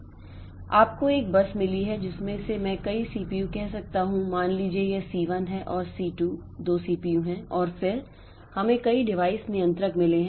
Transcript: तो आपको एक बस मिली है जिसमें से मैं कई सीपीयू कह सकता हूं मान लीजिये यह सी 1 है और सी 2 दो सीपीयू हैं और फिर हमें कई डिवाइस नियंत्रक मिले हैं